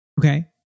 Okay